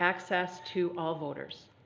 access to all voters.